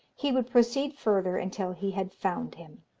he would proceed further until he had found him.